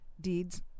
deeds